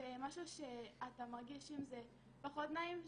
זה משהו שאתה מרגיש עם זה פחות נעים.